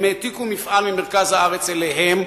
הם העתיקו מפעל ממרכז הארץ אליהם,